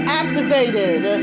activated